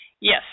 Yes